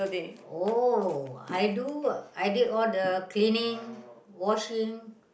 oh I do I did all the cleaning washing